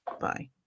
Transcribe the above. Bye